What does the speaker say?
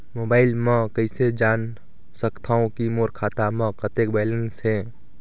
Mobile म कइसे जान सकथव कि मोर खाता म कतेक बैलेंस से?